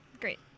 great